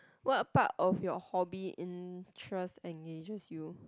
what part of your hobby interest engages you